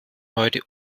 heute